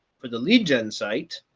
for the lead gen site.